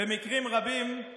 במקרים רבים הם